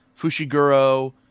Fushiguro